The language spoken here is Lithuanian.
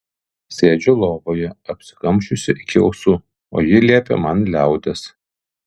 sėdžiu lovoje apsikamšiusi iki ausų o ji liepia man liautis